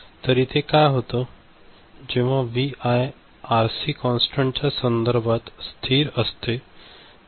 तर इथे काय होतं जेव्हा व्हीआय आरसी कॉन्स्टन्ट च्या संदर्भात स्थिर असते